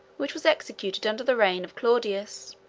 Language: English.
which was executed under the reign of claudius.